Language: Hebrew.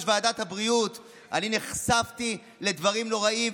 ועדת הבריאות אני נחשפתי לדברים נוראיים,